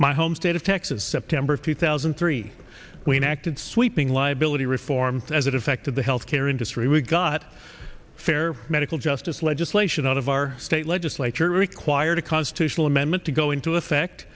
my home state of texas september of two thousand and three we acted sweeping liability reform as it affected the health care industry we got fair medical justice legislation out of our state legislature required a constitutional amendment to go into effect